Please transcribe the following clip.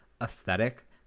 aesthetic